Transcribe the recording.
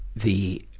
the